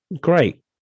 great